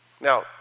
Now